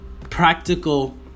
practical